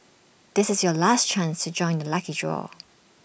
this is your last chance to join the lucky draw